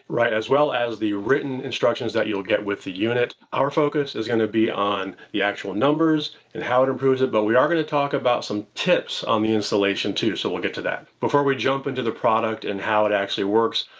right, as well as the written instructions that you'll get with the unit. our focus is gonna be on the actual numbers and how it improves it, but we are gonna talk about some tips on the installation, too. so we'll get to that. before we jump into the product and how it actually works,